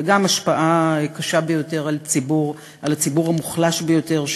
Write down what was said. וגם השפעה קשה ביותר על הציבור המוחלש ביותר,